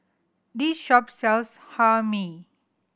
this shop sells Hae Mee